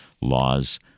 laws